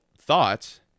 thoughts